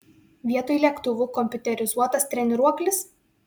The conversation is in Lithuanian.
vietoj lėktuvų kompiuterizuotas treniruoklis